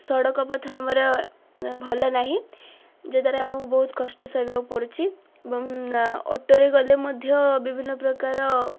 ସଡ଼କପଥ ଆମର ଭଲ ନାହିଁ ଯଦ୍ୱାରା ଆମକୁ ବହୁତ କଷ୍ଟ ସହିବାକୁ ପଡ଼ୁଛି ଏବଂ ଅଟୋରେ ଗଲେ ମଧ୍ୟ ବିଭିନ୍ନ ପ୍ରକାର